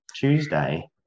Tuesday